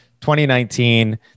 2019